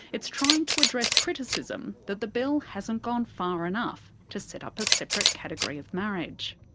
it's trying to address criticism that the bill hasn't gone far enough to set up a separate category of marriage.